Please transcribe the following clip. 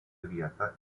vietą